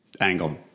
angle